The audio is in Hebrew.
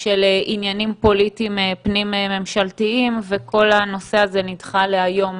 של עניינים פוליטיים פנים ממשלתיים וכל הנושא הזה נדחה להיום.